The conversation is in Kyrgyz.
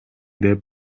деп